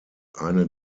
eine